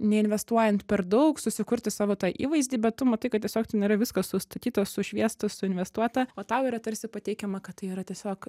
neinvestuojant per daug susikurti savo tą įvaizdį bet tu matai kad tiesiog ten yra viskas sustatyta sušviesta suinvestuota o tau yra tarsi pateikiama kad tai yra tiesiog